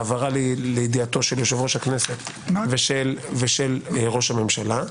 העברה לידיעת יושב-ראש הכנסת ושל ראש הממשלה.